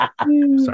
Sorry